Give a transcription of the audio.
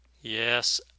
Yes